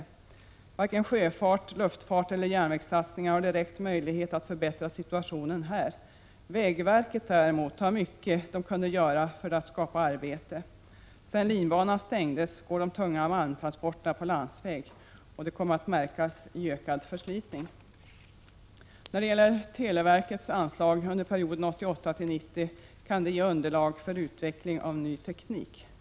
Varken sjöfarts-, luftfartseller järnvägssatsningar innebär direkta möjligheter att förbättra situationen här. Vägverket däremot kunde göra mycket för att skapa arbeten. Sedan linbanan stängdes går de tunga malmtransporterna på landsväg, och det kommer att märkas i form av ökad förslitning. När det gäller televerket vill jag framhålla att anslaget under perioden 1988-1990 kan ge underlag för utvecklingen av ny teknik.